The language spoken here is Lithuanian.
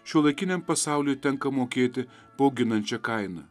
šiuolaikiniam pasauliui tenka mokėti bauginančią kainą